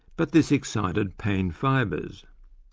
but this excited pain fibres.